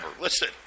listen